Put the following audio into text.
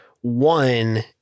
One